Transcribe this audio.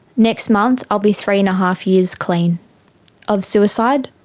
next month i'll be three and a half years clean of suicide,